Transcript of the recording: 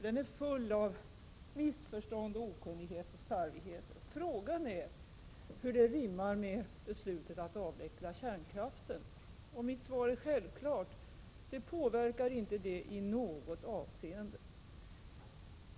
Den är full av missförstånd, okunnighet och slarvighet. Frågan är hur den aktuella affären rimmar med beslutet att avveckla kärnkraften. Mitt svar är självklart: den påverkar inte det beslutet i något avseende.